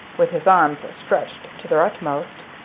with his arms stretched to their utmost,